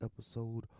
episode